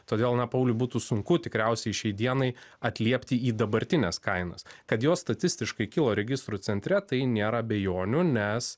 todėl na pauliau būtų sunku tikriausiai šiai dienai atliepti į dabartines kainas kad jos statistiškai kilo registrų centre tai nėra abejonių nes